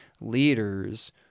leaders